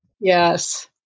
Yes